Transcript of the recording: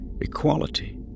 equality